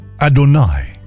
Adonai